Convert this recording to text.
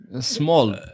small